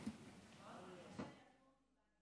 אדוני היושב-ראש,